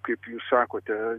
kaip jūs sakote